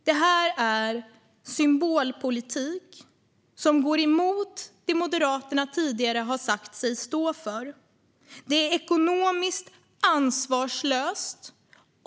Detta är symbolpolitik som går emot det Moderaterna tidigare har sagt sig stå för. Det är ekonomiskt ansvarslöst.